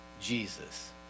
Jesus